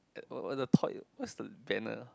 what's the banner